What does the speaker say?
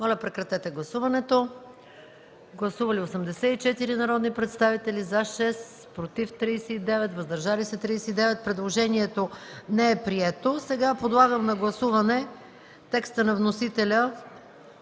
не е подкрепено от комисията. Гласували 84 народни представители: за 4, против 43, въздържали се 37. Предложението не е прието. Сега подлагам на гласуване текста на вносителя